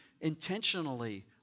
intentionally